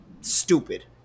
stupid